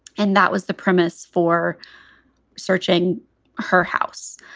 and that was the premise for searching her house.